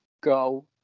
Go